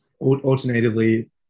alternatively